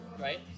right